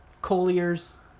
Collier's